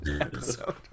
episode